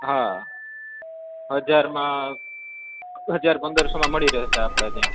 હા હજારમાં હજાર પાંદરસોમાં મળી રહેશે આપણે ત્યાં